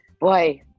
boy